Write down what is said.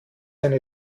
eine